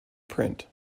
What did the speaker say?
print